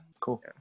cool